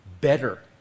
better